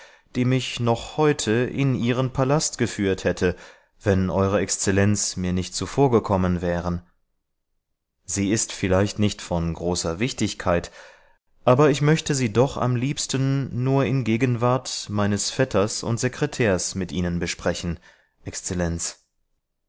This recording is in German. die mich noch heute in ihren palast geführt hätte wenn eure exzellenz mir nicht zuvorgekommen wären sie ist vielleicht nicht von großer wichtigkeit aber ich möchte sie doch am liebsten nur in gegenwart meines vetters und sekretärs mit ihnen besprechen exzellenz